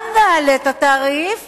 גם נעלה את התעריף